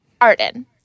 Arden